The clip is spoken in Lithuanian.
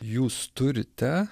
jūs turite